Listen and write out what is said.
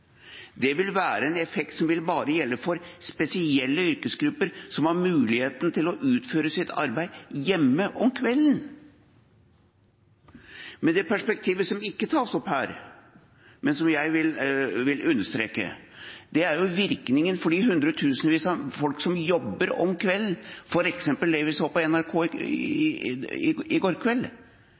en effekt som bare vil gjelde for spesielle yrkesgrupper som har muligheten til å utføre sitt arbeid hjemme om kvelden. Det perspektivet som ikke tas opp her, men som jeg vil understreke, er virkningen for de hundretusenvis av folk som jobber om kvelden, f.eks. det vi så på NRK i